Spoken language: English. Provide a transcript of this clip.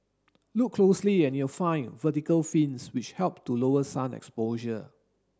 look closely and you'll find vertical fins which help to lower sun exposure